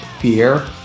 fear